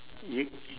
you